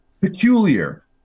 peculiar